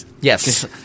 Yes